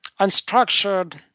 unstructured